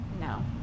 no